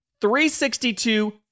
362